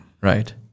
Right